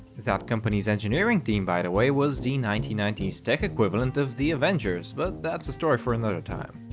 that company's engineering team, by the way, was the nineteen ninety s tech equivalent of the avengers, but that's a story for another time.